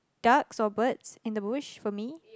ducks or birds in the bush for me